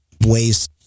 ways